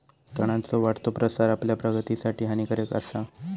तणांचो वाढतो प्रसार आपल्या प्रगतीसाठी हानिकारक आसा